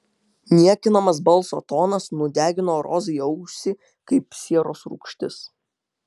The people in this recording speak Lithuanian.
niekinamas balso tonas nudegino rozai ausį kaip sieros rūgštis